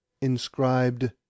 inscribed